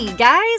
guys